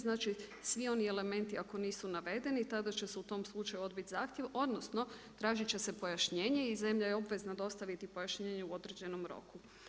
Znači svi oni elementi ako nisu navedeni tada će se u tom slučaju odbiti zahtjev odnosno tražit će se pojašnjenje i zemlja je obvezna dostaviti pojašnjenje u određenom roku.